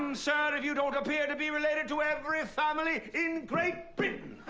sir, if you don't appear to be related to every family in great britain.